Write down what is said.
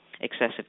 excessive